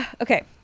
Okay